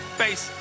face